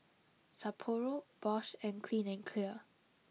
Sapporo Bosch and Clean and Clear